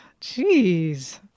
Jeez